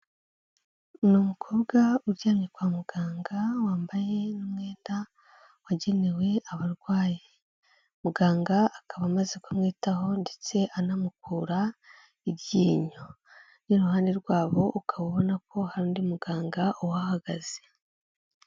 Ni umukobwa uryamye kwa muganga wambaye umwenda wagenewe abarwayi, muganga akaba amaze kumwitaho ndetse anamukura iryinyo n'iruhande rwabo ukaba ubona ko hari undi muganga uhahagaze.